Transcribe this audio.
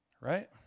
Right